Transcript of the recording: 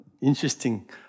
interesting